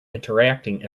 interacting